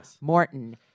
Morton